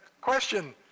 Question